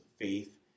faith